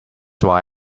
why